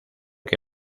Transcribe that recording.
que